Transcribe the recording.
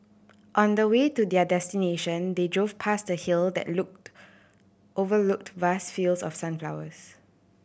on the way to their destination they drove past a hill that looked overlooked vast fields of sunflowers